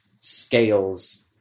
scales